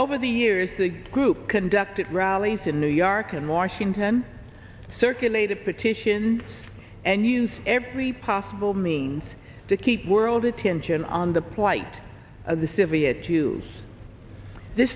over the years the group conducted rallies in new york and washington circulated petitions and used every possible means to keep world attention on the plight of the sivia choose th